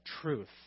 truth